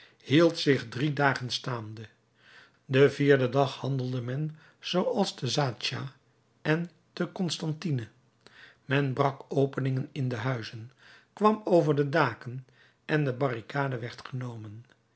hield zich drie dagen staande den vierden dag handelde men zooals te zaatcha en te constantine men brak openingen in de huizen kwam over de daken en de barricade werd genomen